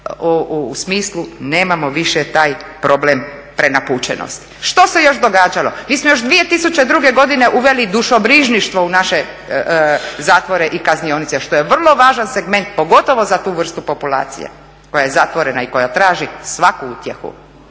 u smislu nemamo više taj problem prenapučenosti. Što se još događalo? Mi smo još 2002. godine uveli dušobrižništvo u naše zatvore i kaznionice, što je vrlo važan segment, pogotovo za tu vrstu populacije koja je zatvorena i koja traži svaku utjehu.